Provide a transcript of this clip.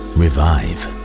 revive